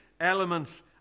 elements